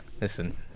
listen